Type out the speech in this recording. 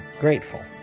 grateful